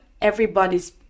everybody's